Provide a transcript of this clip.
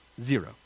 Zero